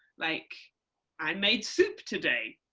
like i made soup today.